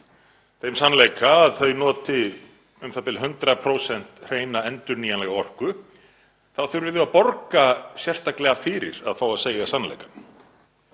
þeim sannleika að þau noti u.þ.b. 100% hreina endurnýjanlega orku, þá þurfi þau að borga sérstaklega fyrir að fá að segja sannleikann.